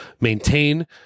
maintain